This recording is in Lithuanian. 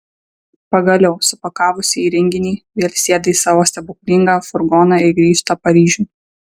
pagaliau supakavusi įrenginį vėl sėda į savo stebuklingą furgoną ir grįžta paryžiun